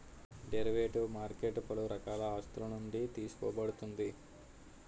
derivative market పలు రకాల ఆస్తులునుండి తీసుకోబడుతుంది